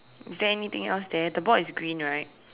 is there anything else there the board is green right